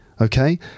Okay